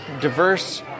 diverse